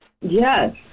Yes